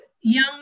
young